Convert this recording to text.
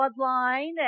bloodline